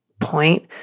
point